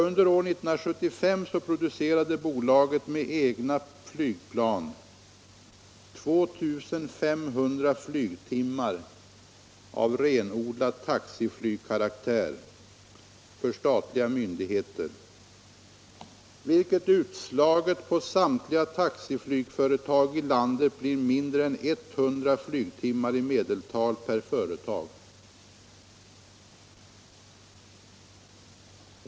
Under år 1975 producerade bolaget med egna flygplan 2 500 flygtimmar av renodlad taxiflygkaraktär för statliga myndigheter, vilket utslaget på samtliga taxiflygföretag i landet blir mindre än 100 flygtimmar i medeltal per företag.